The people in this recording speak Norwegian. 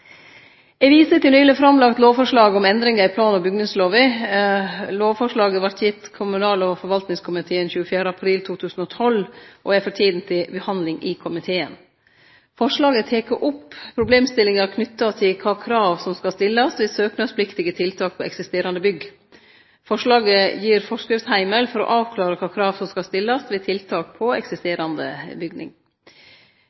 Eg viser til eit nyleg framlagt lovforslag om endringar i plan- og bygningslova. Lovforslaget vart gitt kommunal- og forvaltningskomiteen 24. april 2012 og er for tida til behandling i komiteen. Forslaget tek opp problemstillingar knytte til kva krav som skal stillast ved søknadspliktige tiltak på eksisterande bygg. Forslaget gir forskriftsheimel for å avklare kva krav som skal stillast ved tiltak på